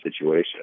situation